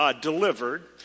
delivered